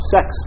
Sex